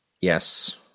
Yes